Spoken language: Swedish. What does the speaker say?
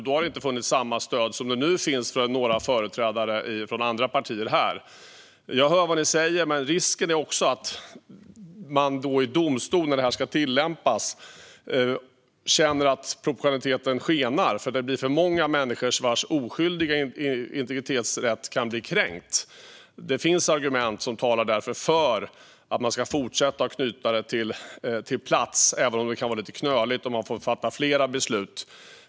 Då har det inte funnits samma stöd som det nu finns från några företrädare för andra partier här. Jag hör vad ni säger, men risken är att man i domstol, när detta ska tillämpas, känner att proportionaliteten skenar: att det är för många oskyldiga människor vars integritet kan bli kränkt. Det finns därför argument som talar för att man ska fortsätta att knyta det till plats, även om det kan vara lite knöligt och även om man får fatta flera beslut.